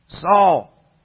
Saul